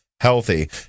healthy